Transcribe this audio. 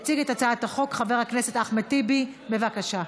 יציג את הצעת החוק חבר הכנסת אחמד טיבי, בבקשה.